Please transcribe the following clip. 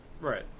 Right